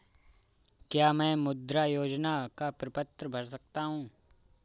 क्या मैं मुद्रा योजना का प्रपत्र भर सकता हूँ?